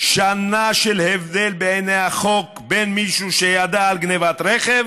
שנה של הבדל בעיני החוק בין מישהו שידע על גנבת רכב